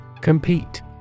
Compete